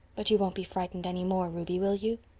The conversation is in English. but you won't be frightened any more, ruby, will you?